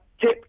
Tip